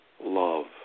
love